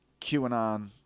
QAnon